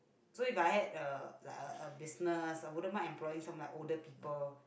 so if I had a like a a business I wouldn't mind employing some like older people